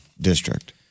district